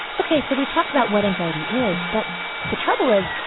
ok. so we've talked about what anxiety is. but the trouble is,